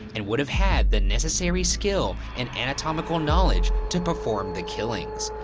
and would've had the necessary skill and anatomical knowledge to perform the killings.